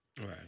Right